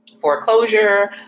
foreclosure